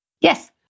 yes